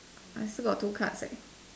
I still got two cards eh